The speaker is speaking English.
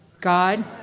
God